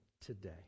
today